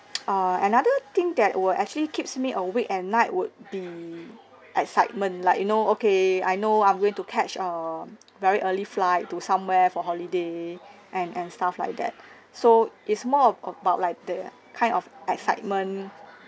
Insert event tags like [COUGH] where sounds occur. err [NOISE] another thing that will actually keeps me awake at night would be excitement like you know okay I know I'm going to catch a very early flight to somewhere for holiday and and stuff like that so it's more of about like the kind of excitement